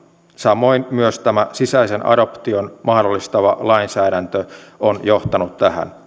samoin myös tämä sisäisen adoption mahdollistava lainsäädäntö on johtanut tähän